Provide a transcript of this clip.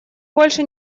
больше